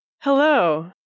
Hello